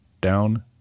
Down